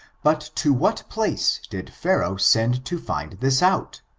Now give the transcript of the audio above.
but to what place did pharaoh send to find this out?